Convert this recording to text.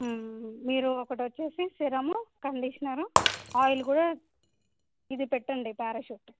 మీరు ఒకటి వచ్చేసి సీరము కండీషనరు ఆయిల్ కూడా ఇది పెట్టండి ప్యారషూట్